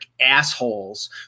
assholes